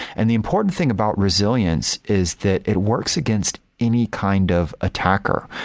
and the important thing about resilience is that it works against any kind of attacker,